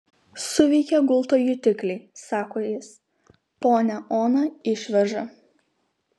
suveikė gulto jutikliai sako jis ponią oną išveža